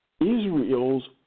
Israel's